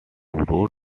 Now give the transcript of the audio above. road